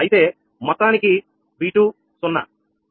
అయితే మొత్తానికి V2 0